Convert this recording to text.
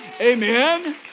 Amen